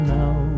now